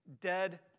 dead